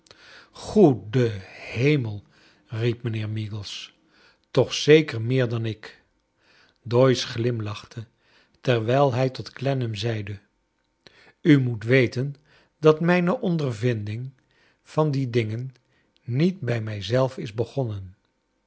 goede hemel riep mijnheer meagles toch zeker meer dan ik v doyce glimlachte terwijl hij tot clennam zeide u moet weten dat mijne ondervinding van die dingen niet bij mij zelf is begonnen